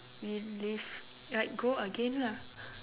relive like go again ah